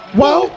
whoa